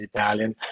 Italian